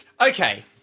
Okay